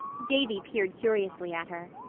davy peered curiously at her.